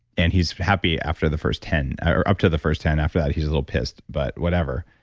and he's happy after the first ten. or up to the first ten, after that he's a little pissed. but whatever.